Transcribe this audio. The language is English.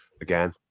again